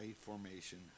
formation